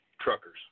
truckers